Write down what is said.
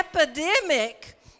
epidemic